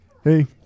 Hey